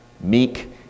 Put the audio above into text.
Meek